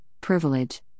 privilege